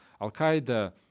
al-Qaeda